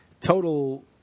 total